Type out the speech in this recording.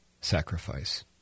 sacrifice